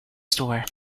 store